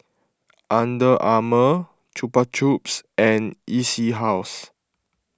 Under Armour Chupa Chups and E C House